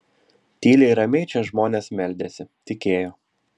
tyliai ramiai čia žmonės meldėsi tikėjo